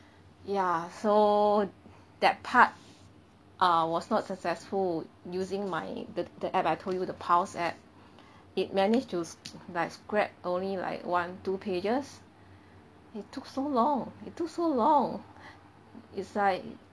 ya so that part err was not successful using my the the application I told you the pulse application it manage to like scrap only like one two pages it took so long it took so long it's like